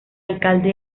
alcalde